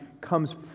comes